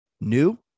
New